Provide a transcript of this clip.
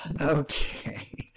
Okay